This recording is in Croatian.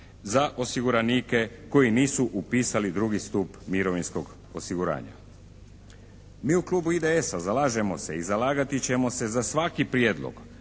za osiguranike koji nisu upisali drugi stup mirovinskog osiguranja. Mi u Klubu IDS-a zalažemo se i zalagati ćemo se za svaki prijedlog